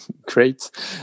great